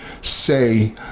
say